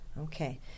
Okay